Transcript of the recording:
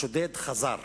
השודד חזר